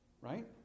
Right